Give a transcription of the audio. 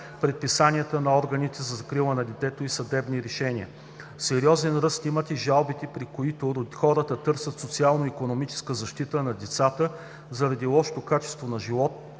предписания на органите за закрила на детето и съдебни решения. Сериозен ръст имат и жалбите, при които хората търсят социално-икономическа защита на децата заради лошо качество на живот,